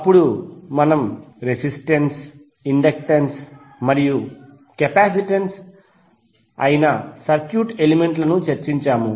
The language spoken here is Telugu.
అప్పుడు మనము రెసిస్టెన్స్ ఇండక్టెన్స్ మరియు కెపాసిటన్స్ అయిన సర్క్యూట్ ఎలిమెంట్ లను చర్చించాము